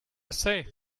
say